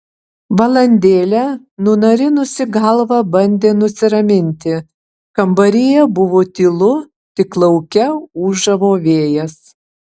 valandėlę nunarinusi galvą bandė nusiraminti kambaryje buvo tylu tik lauke ūžavo vėjas